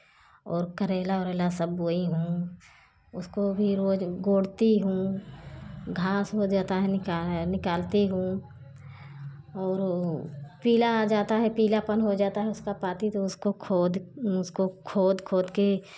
और करेला वरेला सब बोई हूँ उसको भी रोज़ गोड़ती हूँ घास हो जाता है निकालती हूँ और पीला आ जाता है पीलापन हो जाता है उसका पाती तो उसको खोद खोद के